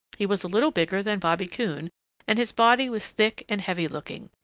he was a little bigger than bobby coon and his body was thick and heavy-looking.